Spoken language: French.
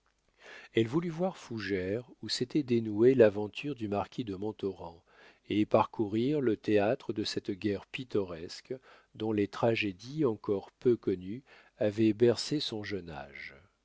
elle voulut voir fougères où s'était dénouée l'aventure du marquis de montauran et parcourir le théâtre de cette guerre pittoresque dont les tragédies encore peu connues avaient bercé son jeune âge